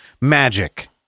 magic